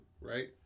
right